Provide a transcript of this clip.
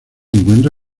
encuentra